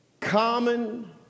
Common